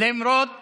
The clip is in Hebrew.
אמרתי לך,